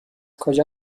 کجا